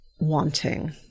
wanting